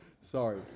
Sorry